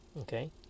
okay